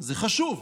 זה חשוב.